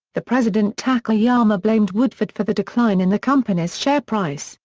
the president takayama blamed woodford for the decline in the company's share price,